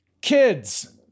Kids